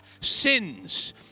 sins